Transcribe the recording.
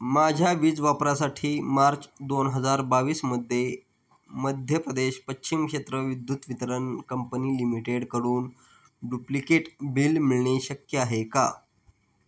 माझ्या वीज वापरासाठी मार्च दोन हजार बावीसमध्ये मध्यप्रदेश पश्चिम क्षेत्र विद्युत वितरण कंपनी लिमिटेडकडून डुप्लिकेट बिल मिळणे शक्य आहे का